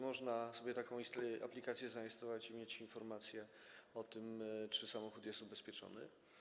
Można sobie taką aplikację zainstalować i mieć informację o tym, czy samochód jest ubezpieczony.